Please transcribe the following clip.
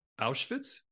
Auschwitz